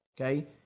okay